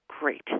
Great